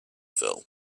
fell